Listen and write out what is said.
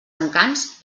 encants